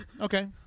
Okay